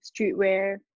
streetwear